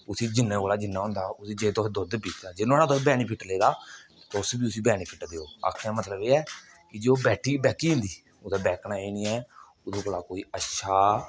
उसी जिन्ना कोला जिन्ना होंदा उसी जे तुसें दुद्ध पीता ऐ जे नुआढ़ा तुसें नुआढ़ा बैनीफिट लेदा तुस बी उसी बैनीफिट देओ आखने दा मतलब एह् ऐ किजे ओह् बैह्की जंदी बैह्कना ओह्दा बैह्कना एह् नेईं ऐ ओह्दे कोला कोई अच्छा